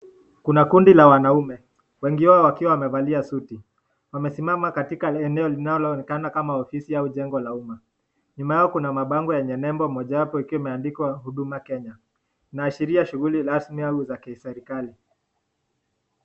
Kuna kundi la wanaume. Wengi wao wakiwa wamevalia suti. Wamesimama katika eneo linalo onekana kama ofisi au jengo la umma. Nyuma yao kuna mabango yenye nembo mojawapo ikiwa imeandikwa huduma Kenya. Inaashiria shughuli rasmi au za kiserikali